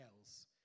else